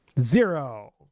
Zero